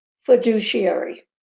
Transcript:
fiduciary